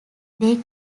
they